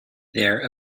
their